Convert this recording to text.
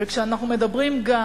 וכשאנחנו מדברים גם